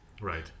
Right